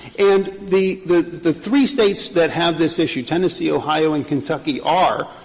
and the the the three states that have this issue, tennessee, ohio, and kentucky, are,